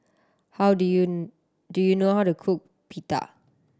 how do you do you know how to cook Pita